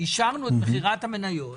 מכירת המניות